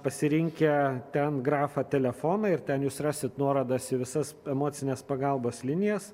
pasirinkę ten grafą telefonai ir ten jūs rasit nuorodas į visas emocinės pagalbos linijas